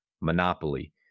monopoly